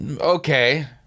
Okay